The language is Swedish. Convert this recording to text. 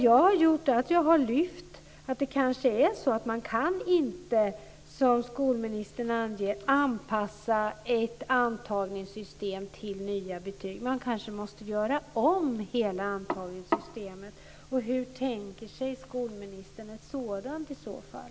Jag har lyft fram att det man kanske inte kan, som skolministern anger, anpassa ett antagningssystem till nya betyg. Man kanske måste göra om hela antagningssystemet. Hur tänker sig skolministern ett sådant i så fall?